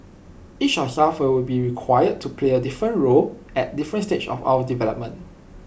each of us will be required to play different roles at different stages of our development